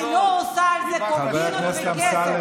אני לא עושה על זה קומבינות וכסף.